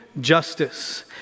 justice